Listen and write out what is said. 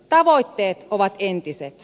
tavoitteet ovat entiset